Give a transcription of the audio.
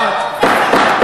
דיקטטור קטן אתה.